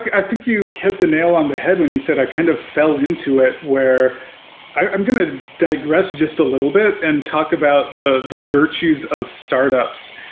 i think you hit the nail on the head when you said i kind of fell into it, where i'm going to digress just a little bit and talk about the the virtues of startups.